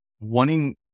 wanting